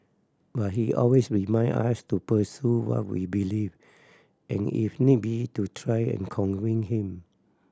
but he always reminded us to pursue what we believed and if need be to try and convince him